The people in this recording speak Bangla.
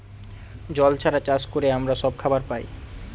জল ছাড়া চাষ করে আমরা সব খাবার পায়